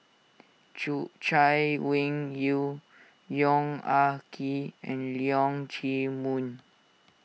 Chay Weng Yew Yong Ah Kee and Leong Chee Mun